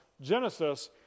Genesis